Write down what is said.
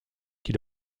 qui